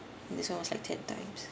this one was like ten times ya